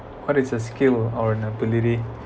what is a skill or an ability